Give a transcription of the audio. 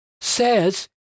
says